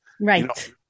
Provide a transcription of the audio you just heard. Right